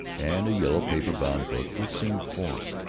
and a yellow paper-bound book which seemed foreign.